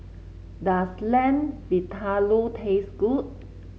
does Lamb Vindaloo taste good